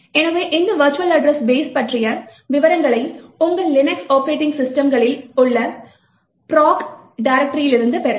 எனவே இந்த virtual address space பற்றிய விவரங்களை உங்கள் லினக்ஸ் ஆப்ரேட்டிங் சிஸ்டம் களில் உள்ள proc டைரெக்ட்ரியிலிருந்து பெறலாம்